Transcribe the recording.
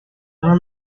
una